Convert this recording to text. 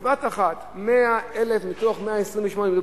בבת-אחת 100,000 מתוך 128,000,